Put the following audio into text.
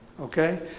okay